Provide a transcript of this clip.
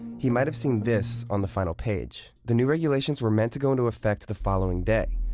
he might have seen this on the final page the new regulations were meant to go into effect the following day,